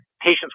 patients